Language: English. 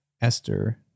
Esther